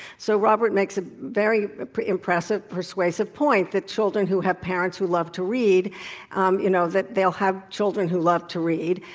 so, robert makes a very impressive, persuasive point that children who have parents who love to read um you know, that they'll have children who love to read.